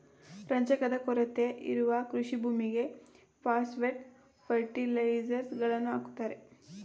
ರಂಜಕದ ಕೊರತೆ ಇರುವ ಕೃಷಿ ಭೂಮಿಗೆ ಪಾಸ್ಪೆಟ್ ಫರ್ಟಿಲೈಸರ್ಸ್ ಗಳನ್ನು ಹಾಕುತ್ತಾರೆ